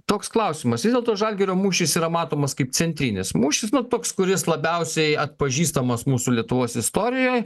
toks klausimas vis dėlto žalgirio mūšis yra matomas kaip centrinis mūšis nu toks kuris labiausiai atpažįstamas mūsų lietuvos istorijoj